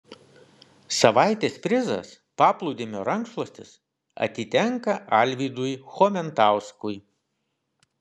savaitės prizas paplūdimio rankšluostis atitenka alvydui chomentauskui